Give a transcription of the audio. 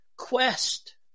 Quest